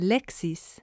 Lexis